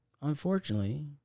Unfortunately